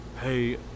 Hey